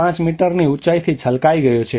5 મીટરની ઉંચાઈથી છલકાઇ ગયો છે